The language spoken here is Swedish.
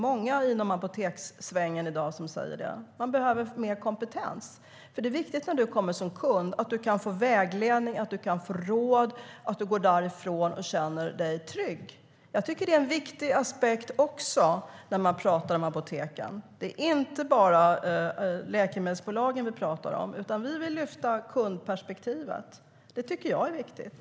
Många inom apotekssvängen säger i dag att man behöver mer kompetens. När du kommer som kund är det viktigt att du kan få vägledning och råd och att du går därifrån och känner dig trygg. Jag tycker att det är en viktig aspekt när man pratar om apoteken. Det är inte bara läkemedelsbolagen vi pratar om, utan vi vill lyfta fram kundperspektivet. Det tycker jag är viktigt.